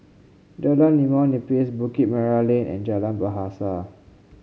Jalan Limau Nipis Bukit Merah Lane and Jalan Bahasa